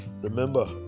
remember